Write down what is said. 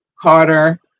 Carter